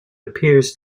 appears